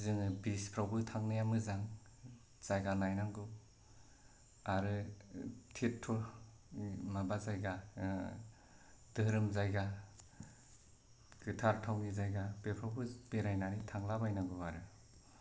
बिच फोरावबो थांनाया मोजां जायगा नायनांगौ आरो थिप थप माबा जायगा दोहोरोम जायगा गोथार थावनि जायगा बेफोरावबो बेरायनानै थांलाबायनांगौ आरो